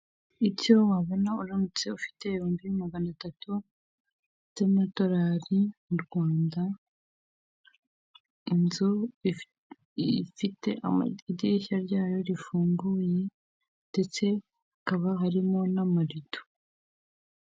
Icyo wabona uramutse ufite ibihumbi magana atatu by'amadolari mu Rwanda, inzu ifite idirishya ryayo rifunguye ndetse hakaba harimo n'amarido.